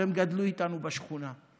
והם גדלו איתנו בשכונה?